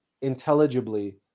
intelligibly